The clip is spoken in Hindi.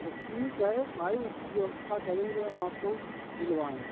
तो ठीक है भाई उसकी व्यवस्था करेंगे हम आपको दिलवाएँगे